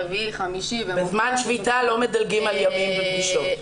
רביעי וחמישי --- בזמן שביתה לא מדלגים על ימים ופגישות.